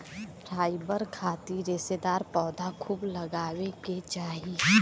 fibre खातिर रेशेदार पौधा खूब लगावे के चाही